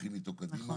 הולכים קדימה